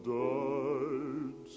died